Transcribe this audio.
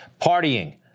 partying